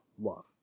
love